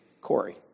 Corey